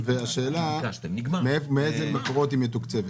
השאלה היא מאיזה מקומות היא מתוקצבת?